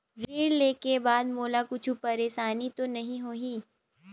ऋण लेके बाद मोला कुछु परेशानी तो नहीं होही?